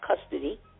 custody